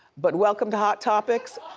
but welcome to hot topics.